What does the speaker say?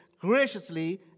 graciously